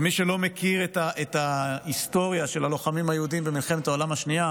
מי שלא מכיר את ההיסטוריה של הלוחמים היהודים במלחמת העולם השנייה,